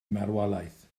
marwolaeth